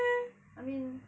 I mean